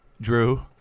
Drew